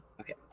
Okay